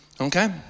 Okay